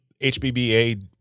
HBBA